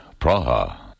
Praha